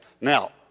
now